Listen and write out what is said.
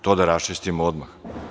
To da raščistimo odmah.